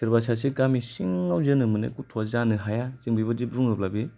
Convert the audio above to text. सोरबा सासे गामि सिङाव जोनोम मोननाय गथ'आ जानो हाया जों बेबादि बुङोब्ला बे